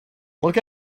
look